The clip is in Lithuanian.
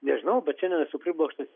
nežinau bet šiandien esu priblokštas